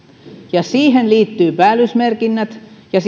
ja siihen liittyy päällysmerkinnät ja